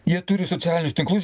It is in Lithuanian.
jie turi socialinius tinklus